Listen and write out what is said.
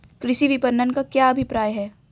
कृषि विपणन का क्या अभिप्राय है?